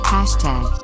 Hashtag